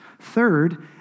Third